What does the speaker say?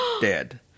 dead